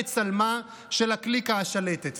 כצלמה של הקליקה השלטת.